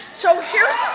so here's.